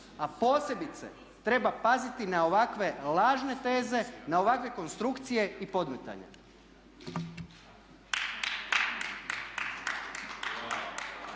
A posebice treba paziti na ovakve lažne teze, na ovakve konstrukcije i podmetanja.